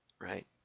Right